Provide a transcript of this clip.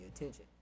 attention